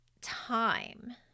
time